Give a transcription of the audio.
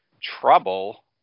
trouble